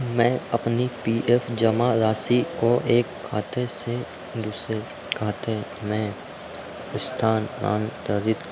मैं अपनी P F जमा राशि को एक खाते से दूसरे खाते में स्थानान्तरित